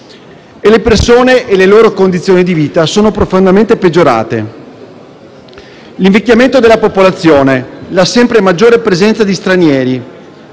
e le persone e le loro condizioni di vita sono profondamente peggiorate. L'invecchiamento della popolazione, la sempre maggiore presenza di stranieri